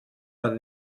man